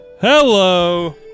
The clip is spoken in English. hello